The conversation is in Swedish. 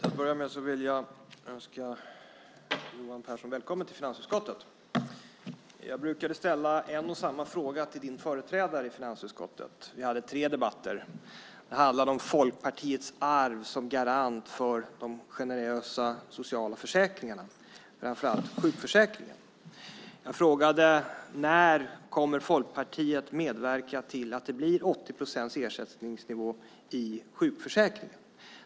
Fru talman! Jag får börja med att önska Johan Pehrson välkommen till finansutskottet. Jag brukade ställa en och samma fråga till din företrädare i finansutskottet. Vi hade tre debatter. Frågan handlade om Folkpartiets arv som garant för de generösa sociala försäkringarna, framför allt sjukförsäkringen. Jag frågade när Folkpartiet kommer att medverka till att det blir 80 procents ersättningsnivå i sjukförsäkringen.